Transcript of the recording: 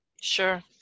Sure